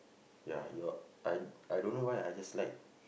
ya your I I don't know why I just like